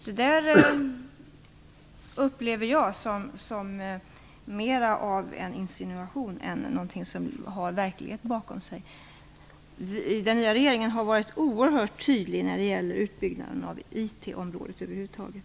Detta upplever jag som mer av en insinuation än någonting som har verklighet bakom sig. Den nya regeringen har varit oerhört tydlig när det gäller utbyggnaden av IT-området över huvud taget.